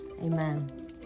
Amen